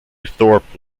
thorpe